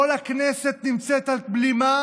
כל הכנסת נמצאת על בלימה